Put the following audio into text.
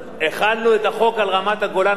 החלנו את החוק על רמת-הגולן,